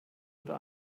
oder